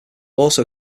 also